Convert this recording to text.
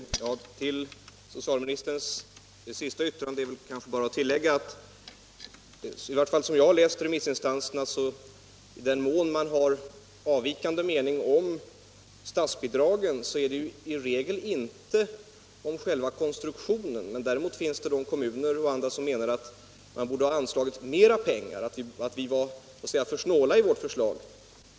Herr talman! Till socialministerns senaste yttrande är väl bara att tilllägga att i den mån remissinstanserna — i varje fall som jag uppfattat dem — haft en avvikande mening om statsbidragen gäller det i regel inte själva konstruktionen utan beloppens storlek. Det finns kommuner och andra som menar att det borde ha anslagits mer pengar och att vi var för snåla i vårt förslag.